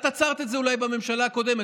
את עצרת את זה אולי בממשלה הקודמת.